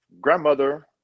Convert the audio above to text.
grandmother